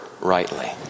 rightly